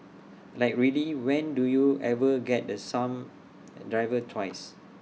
like really when do you ever get the some driver twice